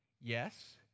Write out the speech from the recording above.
yes